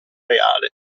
reale